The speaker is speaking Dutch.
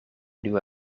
nieuwe